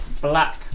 black